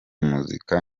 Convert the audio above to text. muzika